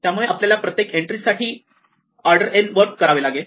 त्यामुळे आपल्याला प्रत्येक एन्ट्री साठी ऑर्डर n वर्क करावे लागेल